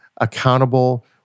accountable